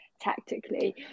tactically